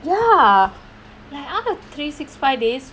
ya like out of three six five days